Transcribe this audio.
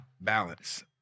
balance